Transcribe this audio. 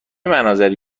مناظری